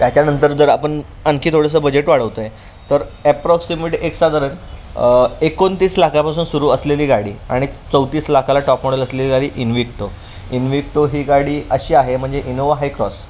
त्याच्यानंतर जर आपण आणखी थोडंसं बजेट वाढवतो आहे तर ॲप्रॉक्सिमेट एक साधारण एकोणतीस लाखापासून सुरू असलेली गाडी आणि चौतीस लाखाला टॉप मॉडेल असलेली गाडी इनविक्टो इनविक्टो ही गाडी अशी आहे म्हणजे इनोवा हायक्रॉस